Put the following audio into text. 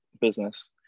business